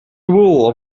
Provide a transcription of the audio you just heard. rule